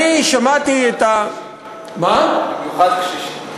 במיוחד קשישים.